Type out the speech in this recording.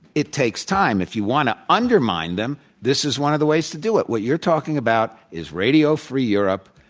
it takes time. if you want to undermine them this is one of the ways to do it. what you're talking about is radio-free europe,